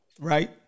right